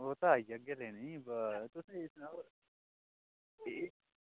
ओह् तां आई जागे लैने गी बा तुस एह् सुनाओ